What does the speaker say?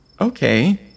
Okay